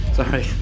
sorry